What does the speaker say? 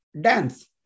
dance